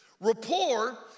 Rapport